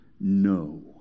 no